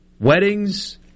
Weddings